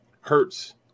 Hurts